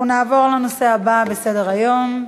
אנחנו נעבור לנושא הבא בסדר-היום: